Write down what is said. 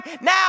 Now